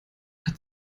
hat